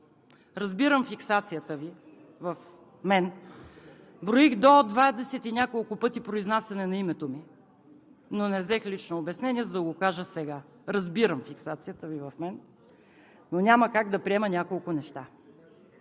Разбирам фиксацията Ви в мен, броих до двадесет и няколко пъти произнасяне на името ми, но не взех лично обяснение, за да го кажа сега. Разбирам фиксацията Ви в мен, но няма как да приема няколко неща.